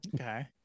Okay